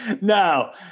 no